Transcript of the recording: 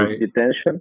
detention